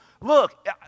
look